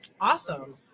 Awesome